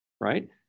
right